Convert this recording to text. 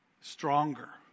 stronger